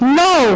no